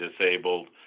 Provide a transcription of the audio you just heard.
disabled